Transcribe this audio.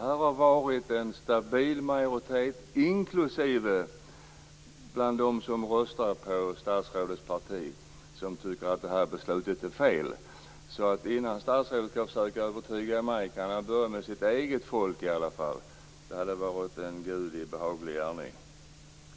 Det har varit en stabil majoritet, också bland dem som röstar på statsrådets parti, som tycker att det här beslutet är fel. Innan statsrådet försöker övertyga mig kunde han börja med sitt eget folk. Det hade varit en Gudi behaglig gärning.